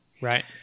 right